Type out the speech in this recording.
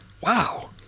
Wow